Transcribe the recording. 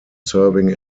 serving